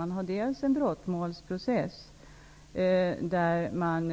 Man har å ena sidan en brottmålsprocess, där man